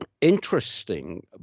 Interesting